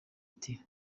ati